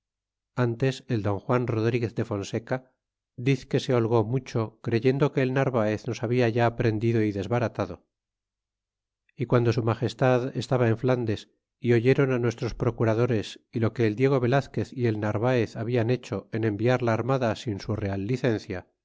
ntes el don juan rodriguez de fonseca dizque se holgó mucho creyendo que el narvaez nos habla ya prendido y desbaratado y guando su magestad estaba en flandes y oyeron nuestros procuradores y lo que el diego velazquez y el narvaez hablan hecho en enviar la armada sin su real licencia